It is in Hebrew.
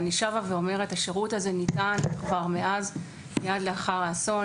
אני שבה ואומרת: השירות הזה ניתן כבר מיד לאחר האסון,